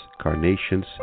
carnations